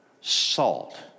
salt